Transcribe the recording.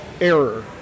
error